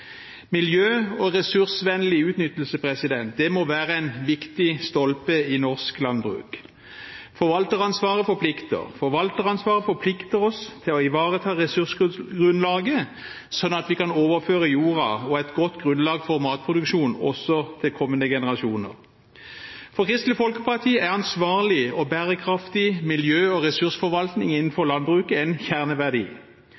Miljø- og ressursvennlig utnyttelse må være en viktig stolpe i norsk landbruk. Forvalteransvaret forplikter. Forvalteransvaret forplikter oss til å ivareta ressursgrunnlaget slik at vi kan overføre jorda og et godt grunnlag for matproduksjon også til kommende generasjoner. For Kristelig Folkeparti er ansvarlig og bærekraftig miljø- og ressursforvaltning